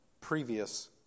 previous